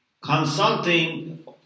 Consulting